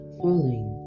falling